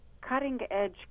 cutting-edge